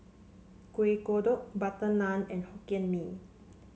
Kueh Kodok butter naan and Hokkien Mee